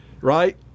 right